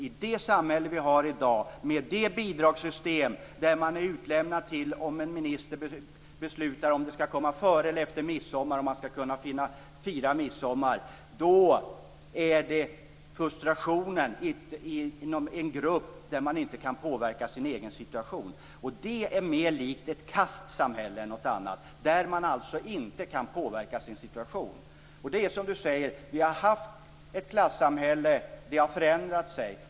I det samhälle vi har i dag, med ett bidragssystem där ens midsommarfirande beror på om en minister beslutar att bidraget skall komma före eller efter midsommar, är frustrationen stor i de grupper där man inte kan påverka sin egen situation. Det är mer likt ett kastsamhälle än något annat, dvs. att man inte kan påverka sin situation. Det är som Rolf säger: Vi har haft ett klassamhälle. Men det har förändrat sig.